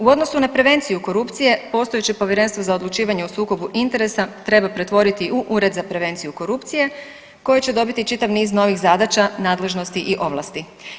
U odnosu na prevenciju korupcije postojeće Povjerenstvo za odlučivanje o sukobu interesa treba pretvoriti u Ured za prevenciju korupcije koji će dobiti čitav niz novih zadaća, nadležnosti i ovlasti.